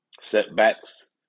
setbacks